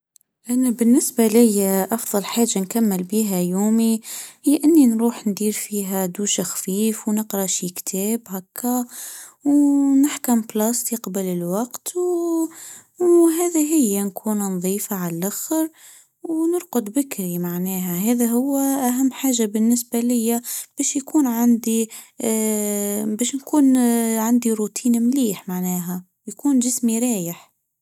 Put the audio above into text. انا بالنسبه ليا أفظل حاجه نكمل بيها يومي: هيا إني نروح ندير فيها دوش خفيف ، ونقرأ شي كتاب هكا ونحكم بلست يقبل الوقت وهذا هي نكون نظيفه على الاخر ونرقد بكري معناها هذا هو أهم حاجه بالنسبه ليا بش يكون عندي بش نكون عندي روتين مليح معناها يكون جسمي رايح.